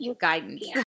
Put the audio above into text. guidance